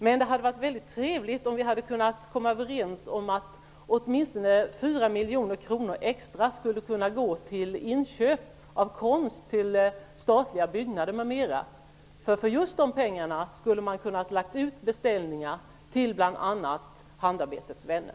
Men det hade varit väldigt trevligt om vi hade kunnat komma överens om att avsätta åtminstone 4 miljoner kronor extra till inköp av konst till statliga byggnader m.m. För dessa pengar hade man kunnat göra beställningar hos bl.a. Handarbetets vänner.